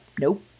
nope